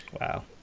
wow